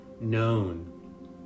known